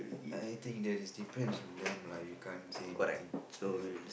I think that is depends on them lah we can't say anything ya